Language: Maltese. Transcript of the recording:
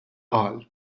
qal